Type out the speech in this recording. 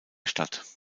stadt